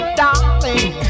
darling